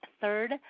Third